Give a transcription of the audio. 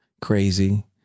crazy